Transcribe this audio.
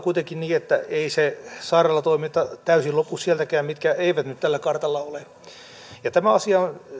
kuitenkin niin että ei se sairaalatoiminta täysin lopu sieltäkään mitkä eivät nyt tällä kartalla ole tämä asia on